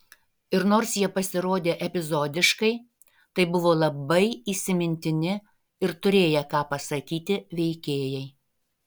ir nors jie pasirodė epizodiškai tai buvo labai įsimintini ir turėję ką pasakyti veikėjai